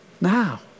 Now